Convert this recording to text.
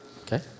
Okay